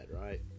right